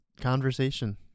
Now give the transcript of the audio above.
conversation